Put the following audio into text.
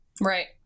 Right